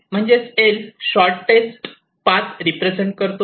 म्हणजेच 'L' shortest path represent करतो